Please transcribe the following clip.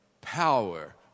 power